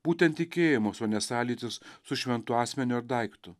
būtent tikėjimas o ne sąlytis su šventu asmeniu ar daiktu